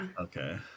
Okay